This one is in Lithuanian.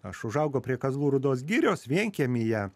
aš užaugau prie kazlų rūdos girios vienkiemyje